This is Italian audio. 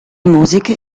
musiche